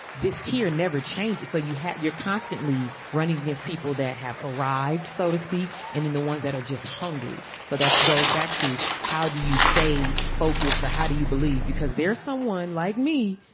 this tier never change. so you have you're constantly running against people that have arrived, so to speak. and then the ones that are just hungry. so that's goes back to how do you stay focused? how do you believe? because there's someone like me.